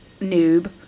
noob